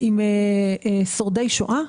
עם שורדי שואה.